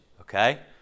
okay